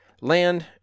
land